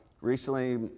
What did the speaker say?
Recently